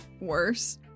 worse